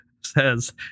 Says